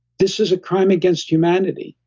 this is a crime against humanity.